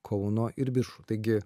kauno ir biržų taigi